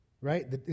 Right